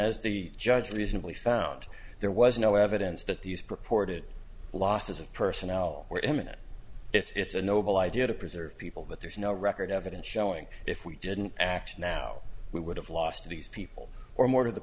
as the judge reasonably found there was no evidence that these purported losses of personnel were imminent it's a noble idea to preserve people but there's no record evidence showing if we didn't act and now we would have lost to these people or more to the